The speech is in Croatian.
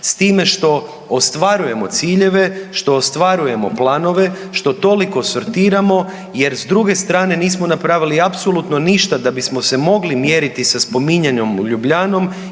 s time što ostvarujemo ciljeve, što ostvarujemo planove, što toliko sortiramo jer s druge strane nismo napravili apsolutno ništa da bismo se mogli mjeriti sa spominjanom Ljubljanom